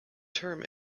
term